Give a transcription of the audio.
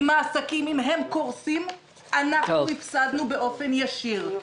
אם העסקים קורסים אנחנו הפסדנו אופן ישיר.